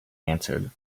answered